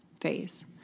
phase